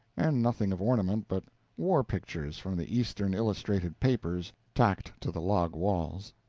and nothing of ornament but war pictures from the eastern illustrated papers tacked to the log walls.